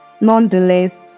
Nonetheless